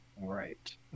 right